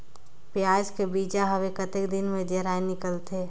पियाज के बीजा हवे कतेक दिन मे जराई निकलथे?